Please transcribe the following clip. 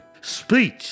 speech